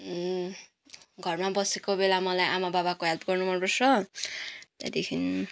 घरमा बसेको बेला मलाई आमा बाबाको हेल्प गर्न मनपर्छ त्यहाँदेखि